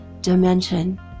Dimension